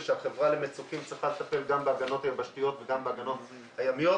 ושהחברה למצוקים צריכה לטפל גם בהגנות יבשתיות וגם בהגנות הימיות.